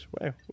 wow